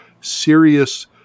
serious